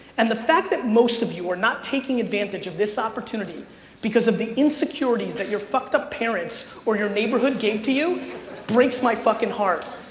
and the fact that most of you are not taking advantage of this opportunity because of the insecurities that your fucked up parents or your neighborhood gave to you breaks my fucking heart.